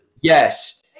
Yes